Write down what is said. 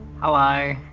Hello